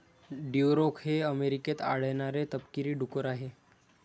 Duroc हे अमेरिकेत आढळणारे तपकिरी डुक्कर आहे